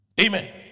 Amen